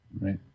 right